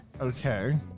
Okay